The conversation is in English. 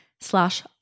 slash